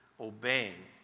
obeying